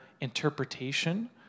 interpretation